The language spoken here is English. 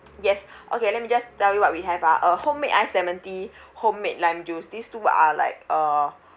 yes okay let me just tell you what we have ah uh homemade iced lemon tea homemade lime juice these two are like uh